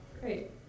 Great